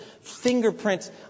fingerprints